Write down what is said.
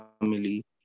family